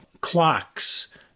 clocks